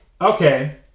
Okay